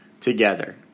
together